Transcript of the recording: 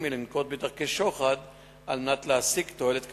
מלנקוט דרכי שוחד על מנת להשיג תועלת כלכלית,